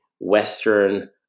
western